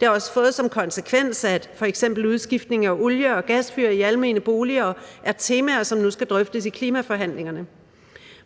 Det har også fået som konsekvens, at f.eks. udskiftning af olie- og gasfyr i almene boliger er temaer, som nu skal drøftes i klimaforhandlingerne.